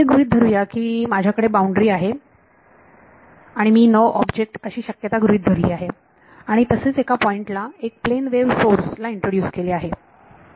असे गृहीत धरू या की माझ्याकडे बाउंड्री आहे आणि मी नो ऑब्जेक्ट अशी शक्यता गृहीत धरली आहे आणि तसेच एका पॉइंटला एक प्लेन वेव्ह सोर्स ला इंट्रोड्युस केले आहे